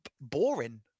boring